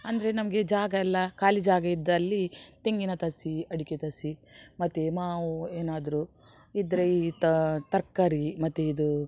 ಅಂದರೆ ನಮಗೆ ಜಾಗ ಎಲ್ಲಾ ಖಾಲಿ ಜಾಗ ಇದ್ದಲ್ಲಿ ತೆಂಗಿನ ಸಸಿ ಅಡಿಕೆ ಸಸಿ ಮತ್ತು ಮಾವು ಏನಾದರು ಇದ್ರೆ ಈ ತರಕಾರಿ ಮತ್ತು ಇದು